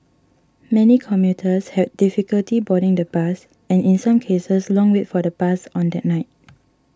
many commuters had difficulty boarding the bus and in some cases long wait for the bus on that night